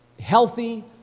healthy